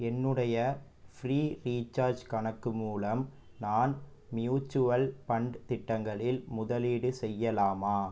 என்னுடைய free recharge கணக்கு மூலம் நான் மியூச்சுவல் ஃபண்ட் திட்டங்களில் முதலீடு செய்யலாமா